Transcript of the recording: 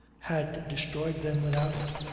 had destroyed them without it.